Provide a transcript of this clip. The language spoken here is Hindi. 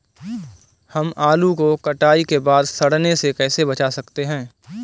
हम आलू को कटाई के बाद सड़ने से कैसे बचा सकते हैं?